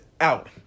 out